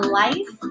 life